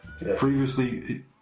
previously